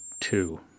two